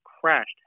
crashed